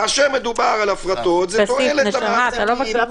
כאשר מדובר בהפרטות, זה תועלת ל- -- או